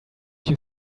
you